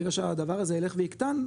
ברגע שהדבר הזה ילך ויקטן,